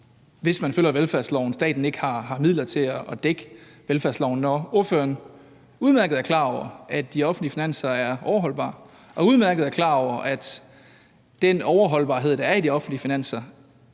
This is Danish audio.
hvis man følger velfærdsloven, ikke har midler til at dække velfærdsloven, når ordføreren udmærket er klar over, at de offentlige finanser er overholdbare, og udmærket er klar over, at den overholdbarhed, der er i de offentlige finanser,